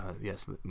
yes